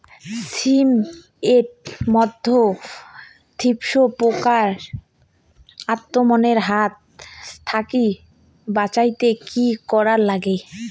শিম এট মধ্যে থ্রিপ্স পোকার আক্রমণের হাত থাকি বাঁচাইতে কি করা লাগে?